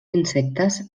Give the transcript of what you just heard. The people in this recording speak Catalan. insectes